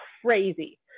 crazy